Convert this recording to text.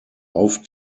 auf